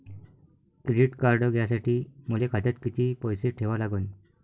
Credit card घ्यासाठी मले खात्यात किती पैसे ठेवा लागन?